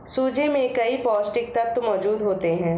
सूजी में कई पौष्टिक तत्त्व मौजूद होते हैं